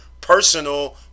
personal